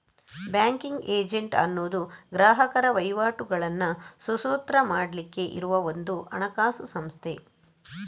banking agent ಅನ್ನುದು ಗ್ರಾಹಕರ ವಹಿವಾಟುಗಳನ್ನ ಸುಸೂತ್ರ ಮಾಡ್ಲಿಕ್ಕೆ ಇರುವ ಒಂದು ಹಣಕಾಸು ಸಂಸ್ಥೆ